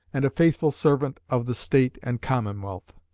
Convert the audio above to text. and a faithful servant of the state and commonwealth.